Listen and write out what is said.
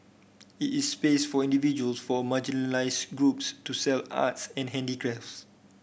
it is space for individuals form marginalised groups to sell arts and handicrafts